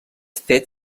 fet